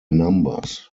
numbers